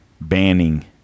banning